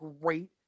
great